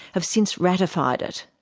have since ratified it.